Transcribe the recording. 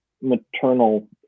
maternal